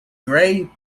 grey